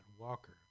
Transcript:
Walker